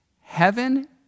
heaven